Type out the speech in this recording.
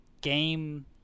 game